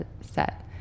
set